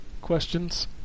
questions